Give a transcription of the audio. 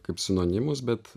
kaip sinonimus bet